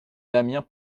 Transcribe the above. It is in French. damiens